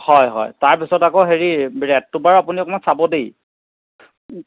হয় হয় তাৰপিছত আকৌ হেৰি ৰেটটো বাৰু আপুনি অকণমান চাব দেই